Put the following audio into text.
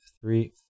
three